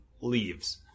leaves